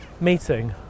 meeting